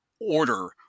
order